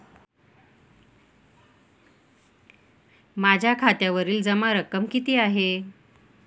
माझ्या खात्यावरील जमा रक्कम किती आहे?